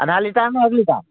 আধা লিটাৰ নে এক লিটাৰ